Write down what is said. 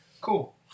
Cool